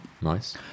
Nice